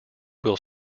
will